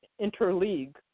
interleague